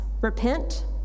repent